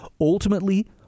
Ultimately